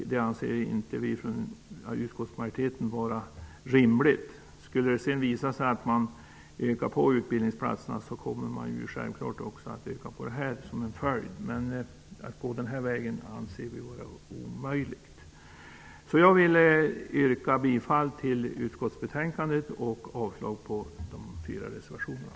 Det anser inte vi från utskottsmajoriteten vara rimligt. Skulle det sedan visa sig att antalet utbildningsplatser ökas kommer man självklart som en följd även att öka anslaget. Men att gå den här vägen anser vi vara omöjligt. Jag vill yrka bifall till utskottets hemställan och avslag på de fyra reservationerna.